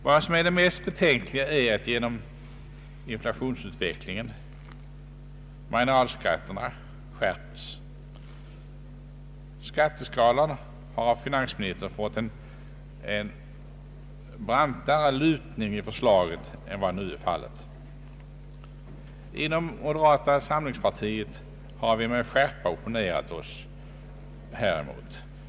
Vad som är mest betänkligt är att marginalskatterna skärps genom inflationsutvecklingen. Skatteskalan har i finansministerns förslag fått en brantare stigning än vad nu är fallet. Inom moderata samlingspartiet har vi med skärpa opponerat oss häremot.